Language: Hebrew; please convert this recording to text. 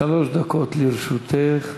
דקות לרשותך.